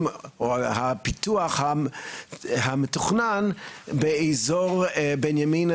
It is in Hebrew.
או על הפיתוח המתוכנן באזור בנימינה,